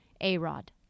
A-Rod